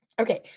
okay